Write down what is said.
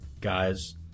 Guys